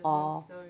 orh